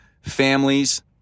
families